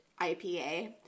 IPA